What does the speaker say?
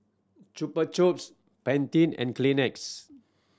Chupa Chups Pantene and Kleenex